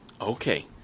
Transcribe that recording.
Okay